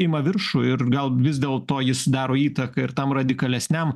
ima viršų ir gal vis dėlto jis daro įtaką ir tam radikalesniam